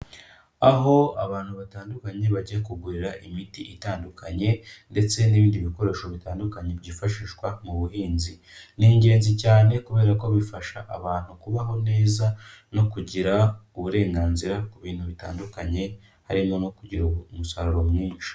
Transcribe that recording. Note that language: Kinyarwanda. Aho abantu batandukanye bajya kugurira imiti itandukanye ndetse n'ibindi bikoresho bitandukanye, byifashishwa mu buhinzi. Ni ingenzi cyane kubera ko bifasha abantu kubaho neza no kugira uburenganzira ku bintu bitandukanye, harimo no kugira umusaruro mwinshi.